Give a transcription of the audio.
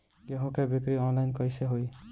गेहूं के बिक्री आनलाइन कइसे होई?